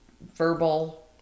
verbal